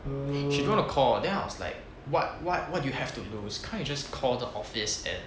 she don't want to call then I was like what what what do you have to lose can't you just call the office and